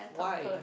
why